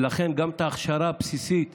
ולכן גם את ההכשרה הבסיסית